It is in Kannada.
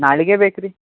ನಾಳೆಗೇ ಬೇಕು ರಿ